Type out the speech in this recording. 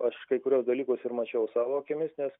aš kai kuriuos dalykus ir mačiau savo akimis nes